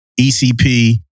ECP